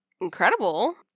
incredible